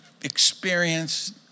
experience